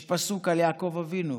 יש פסוק על יעקב אבינו,